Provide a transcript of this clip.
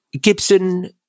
gibson